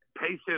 patient